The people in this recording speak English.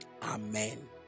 amen